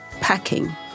packing